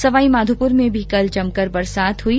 सवाईमाधोपुर में भी कल जमकर बरसात हुई